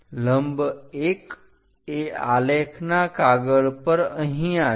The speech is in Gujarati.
લંબ 1 એ આલેખના કાગળ પર અહીંયા છે